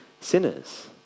sinners